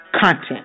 content